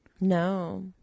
No